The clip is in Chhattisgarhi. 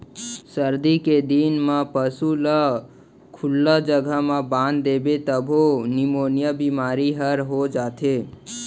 सरदी के दिन म पसू ल खुल्ला जघा म बांध देबे तभो निमोनिया बेमारी हर हो जाथे